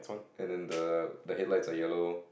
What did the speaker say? and then the the headlights are yellow